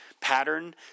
pattern